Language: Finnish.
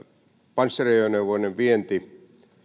panssariajoneuvojen vienti